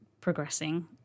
progressing